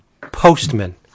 postman